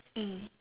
mm